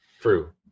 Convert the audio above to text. true